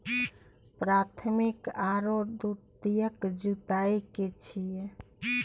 प्राथमिक आरो द्वितीयक जुताई की छिये?